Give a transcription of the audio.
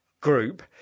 group